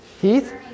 Heath